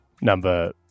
Number